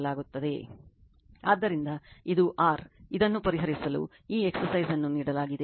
ಆದ್ದರಿಂದ ಇದು r ಇದನ್ನು ಪರಿಹರಿಸಲು ಈ ಎಕ್ಸರ್ಸೈಜ್ ಅನ್ನು ನೀಡಲಾಗಿದೆ